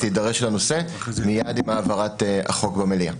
להידרש לנושא מיד עם העברת החוק במליאה.